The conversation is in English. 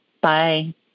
Bye